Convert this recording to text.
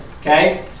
okay